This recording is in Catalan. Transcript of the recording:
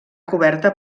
coberta